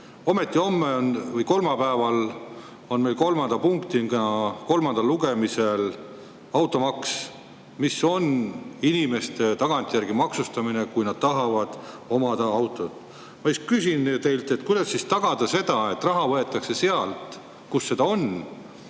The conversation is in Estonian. Ometi kolmapäeval on meil kolmanda punktina kolmandal lugemisel automaks, mis on inimeste tagantjärgi maksustamine, kui nad tahavad autot omada. Ma küsin nüüd teilt, kuidas ikkagi tagada seda, et raha võetakse sealt, kus seda on,